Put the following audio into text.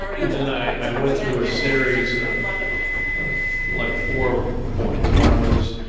and then i went through a series of of like four points. one was,